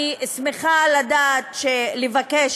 אני שמחה לדעת שהוא מבקש